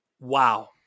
Wow